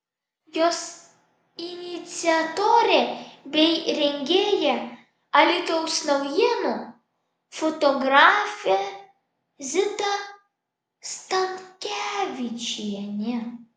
jos iniciatorė bei rengėja alytaus naujienų fotografė zita stankevičienė